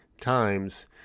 times